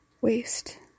waste